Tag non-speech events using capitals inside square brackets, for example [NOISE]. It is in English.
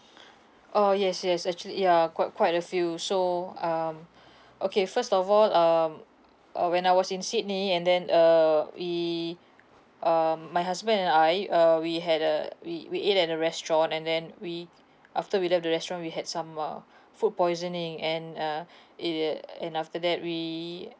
[NOISE] oh yes yes actually ya quite quite a few so um [BREATH] okay first of all um uh when I was in sydney and then err we um my husband and I uh we had uh we we ate at the restaurant and then we after we left the restaurant we had some uh food poisoning and uh it the and after that we